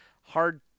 hard